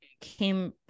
came